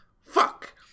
Fuck